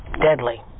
deadly